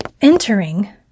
Entering